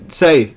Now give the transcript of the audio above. say